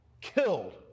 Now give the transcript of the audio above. killed